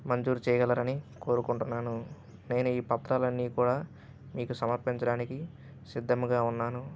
మంజూరు చేయగలరని కోరుకుంటున్నాను నేను ఈ పత్రాలు అన్నీ కూడా మీకు సమర్పించడానికి సిద్ధంగా ఉన్నాను